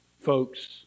folks